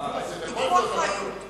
ההצעה היא להעביר לוועדת חוקה?